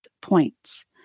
points